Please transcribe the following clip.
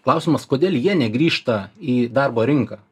klausimas kodėl jie negrįžta į darbo rinką